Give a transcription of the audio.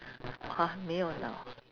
!huh! 没有脑